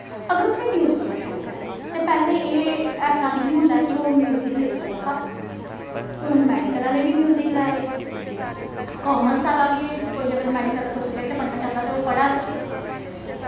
अगर उसी म्यूजिक दा शौंक ऐ ते पैह्ले एह् ऐसा निं होंदा हा कि ओह् म्युजिक लेई सकदा हा हून मैडिकल आह्ले बी म्युजिक लै दे कामर्स आह्ला बी कोई अगर मैडिकल दा कोई सब्जैक्ट पढ़ना चांह्दा ऐ ते ओह् पढ़ै